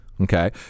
okay